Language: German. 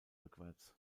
rückwärts